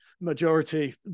majority